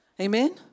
Amen